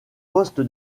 poste